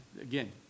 Again